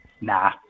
Nah